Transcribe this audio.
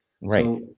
Right